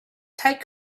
tight